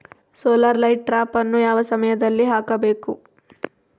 Solar light ಟ್ರಾಪನ್ನು ಯಾವ ಸಮಯದಲ್ಲಿ ಹಾಕಬೇಕು?